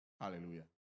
Hallelujah